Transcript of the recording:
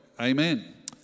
amen